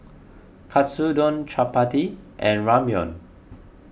Katsudon Chapati and Ramyeon